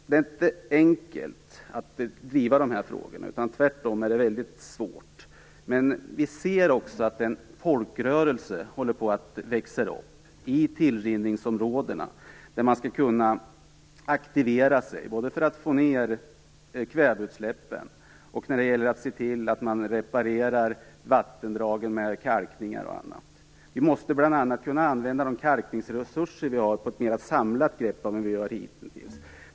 Det är inte enkelt att komma fram till lösningar på dessa frågor utan tvärtom väldigt svårt. Men vi kan se att en folkrörelse håller på att växa upp i tillrinningsområdena, där man aktiverar sig både för att få ned kväveutsläppen och för att reparera vattendrag med kalkning och andra åtgärder. Vi måste använda de kalkningsresurser som vi har på ett mera samlat sätt än hitintills.